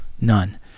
None